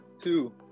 two